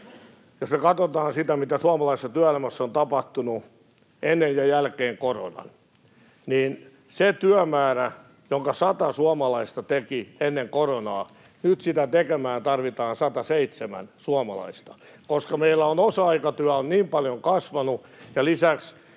Jos me katsotaan sitä, mitä suomalaisessa työelämässä on tapahtunut ennen ja jälkeen koronan, niin sitä työmäärää, jonka sata suomalaista teki ennen koronaa, tarvitaan nyt tekemään 107 suomalaista, koska meillä osa-aikatyö on niin paljon kasvanut, ja lisäksi